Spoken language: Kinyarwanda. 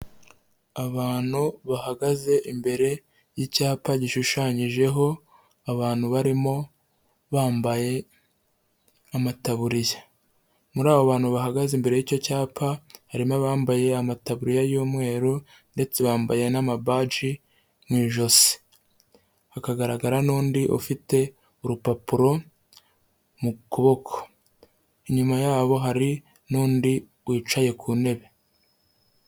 Abantu bahagaze imbere y'icyapa gishushanyijeho abantu barimo bambaye amataburiya, muri abo bantu bahagaze imbere y'icyo cyapa, harimo abambaye amataburiya y'umweru ndetse bambaye n'amabaji mu ijosi, hakagaragara n'undi ufite urupapuro mu kuboko. Inyuma ya bo hari n'undi wicaye ku ntebe.